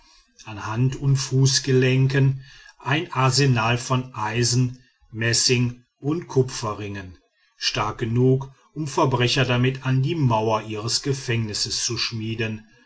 an hand und fußgelenken ein arsenal von eisen messing und kupferringen stark genug um verbrecher damit an die mauer ihres gefängnisses zu schmieden